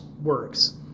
works